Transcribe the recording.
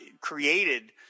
created